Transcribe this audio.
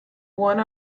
one